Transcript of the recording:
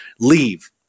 Leave